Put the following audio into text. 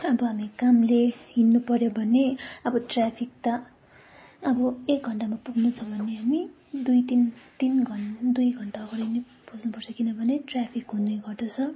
अन्त हामी कामले हिँड्नुपर्यो भने अब ट्राफिक त अब एक घन्टामा पुग्नु छ भने दुई तिन तिन घन्टा दुई घन्टा अगाडि नै पुग्नुपर्छ किनभने ट्राफिक हुने गर्दछ